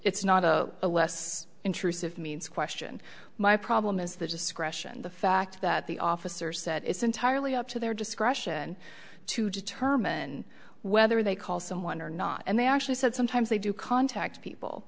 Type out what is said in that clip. it's not a less intrusive means question my problem is the discretion the fact that the officer said it's entirely up to their discretion to determine whether they call someone or not and they actually said sometimes they do contact people